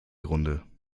runde